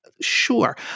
Sure